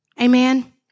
Amen